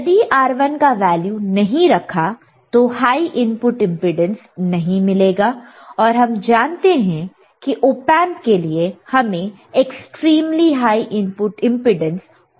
यदि R1 का value नहीं रखा तो हाई इनपुट इंपेडेंस नहीं मिलेगा और हम जानते हैं कि ऑपएंप के लिए हमें एक्सट्रीमली हाई इनपुट इंपेडेंस होना जरूरी है